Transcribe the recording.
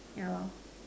yeah lor